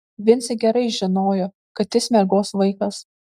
vincė gerai žinojo kad jis mergos vaikas